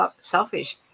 selfish